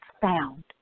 found